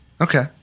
Okay